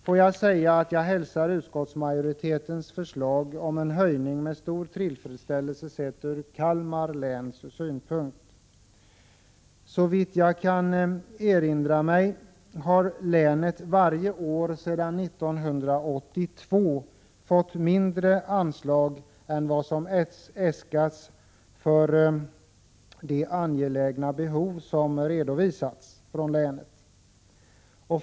Låt mig säga att jag hälsar utskottsmajoritetens förslag om en höjning med stor tillfredsställelse, sett ur Kalmar läns synpunkt. Såvitt jag kan erinra mig har länet varje år sedan 1982 fått mindre anslag än vad som äskats för de angelägna behov som redovisats från länet.